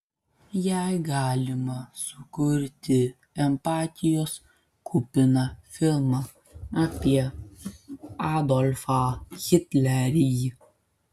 jei galima sukurti empatijos kupiną filmą apie adolfą hitlerį